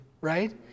right